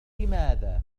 لماذا